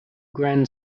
grand